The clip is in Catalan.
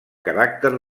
caràcter